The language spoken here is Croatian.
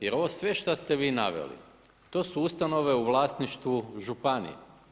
Jer ovo sve što ste vi naveli, to su ustanove u vlasništvu županije.